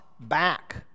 back